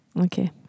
Okay